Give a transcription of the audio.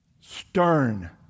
stern